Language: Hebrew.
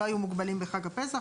לא היו מוגבלים בחג הפסח.